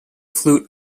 flute